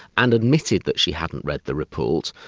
and admitted that she hadn't read the report,